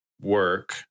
work